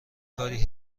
کاری